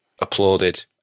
applauded